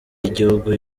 y’igihugu